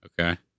Okay